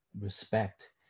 Respect